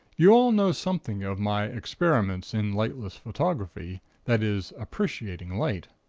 you all know something of my experiments in lightless photography that is, appreciating light.